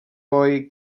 boj